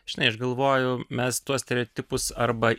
žinai aš galvoju mes tuos stereotipus arba